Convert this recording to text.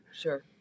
Sure